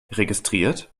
registriert